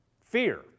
fear